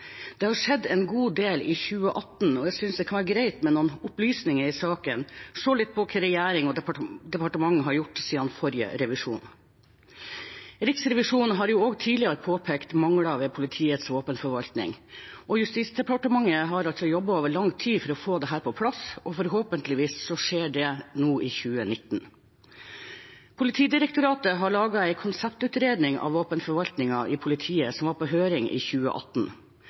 Det har skjedd en god del i 2018, og jeg synes det kan være greit med noen opplysninger i saken og se litt på hva regjering og departement har gjort siden forrige revisjon. Riksrevisjonen har også tidligere påpekt mangler ved politiets våpenforvaltning, og Justisdepartementet har jobbet over lang tid for å få dette på plass. Forhåpentligvis skjer det nå i 2019. Politidirektoratet har laget en konseptutredning av våpenforvaltningen i politiet, som var på høring i 2018.